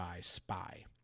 Spy